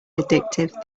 addictive